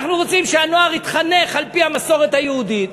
אנחנו רוצים שהנוער יתחנך על-פי המסורת היהודית.